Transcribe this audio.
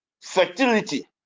Fertility